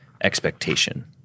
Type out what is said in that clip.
expectation